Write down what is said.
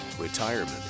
Retirement